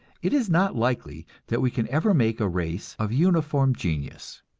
it is not likely that we can ever make a race of uniform genius.